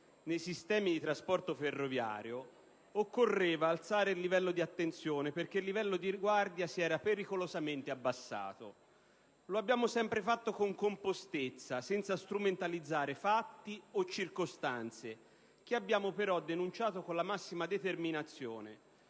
nei sistemi di trasporto ferroviario, occorreva alzare il livello di attenzione perché il livello di guardia si era pericolosamente abbassato. Lo abbiamo sempre fatto con compostezza, senza strumentalizzare fatti o circostanze, che abbiamo però denunciato con la massima determinazione,